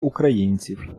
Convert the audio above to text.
українців